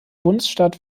bundesstaat